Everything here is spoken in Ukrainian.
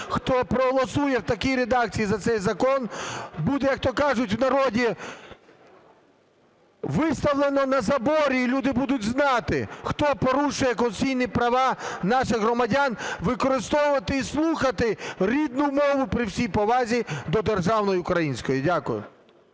хто проголосує в такій редакції за цей закон, буде, як-то кажуть в народі, виставлено на заборі, і люди будуть знати, хто порушує конституційні права наших громадян використовувати і слухати рідну мову, при всій повазі до державної української. Дякую.